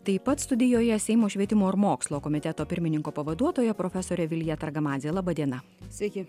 taip pat studijoje seimo švietimo ir mokslo komiteto pirmininko pavaduotoja profesorė vilija targamadzė laba diena sveiki